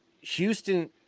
Houston